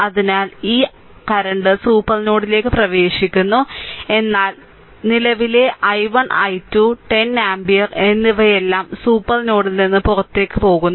അതിനാൽ 5 ഈ current super നോഡിലേക്ക് പ്രവേശിക്കുന്നു എന്നാൽ നിലവിലെ i1 i2 10 ആമ്പിയർ എന്നിവയെല്ലാം സൂപ്പർ നോഡിൽ നിന്ന് പുറത്തുപോകുന്നു